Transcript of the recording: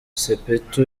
sepetu